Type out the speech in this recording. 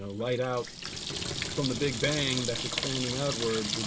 ah light out from the big bang that's expanding outward, but